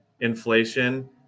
inflation